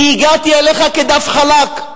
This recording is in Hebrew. כי הגעתי אליך כדף חלק.